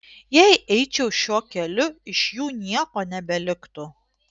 jei eičiau šiuo keliu iš jų nieko nebeliktų